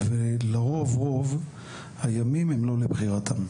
לרוב הימים הם לא לבחירתם.